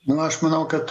na aš manau kad